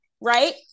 right